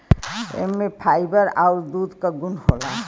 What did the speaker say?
एमन फाइबर आउर दूध क गुन होला